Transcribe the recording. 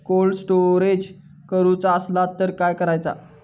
Cold storage करूचा असला तर कसा करायचा?